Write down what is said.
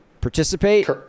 participate